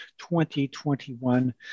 2021